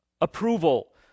approval